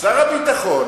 שר הביטחון,